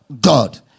god